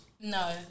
No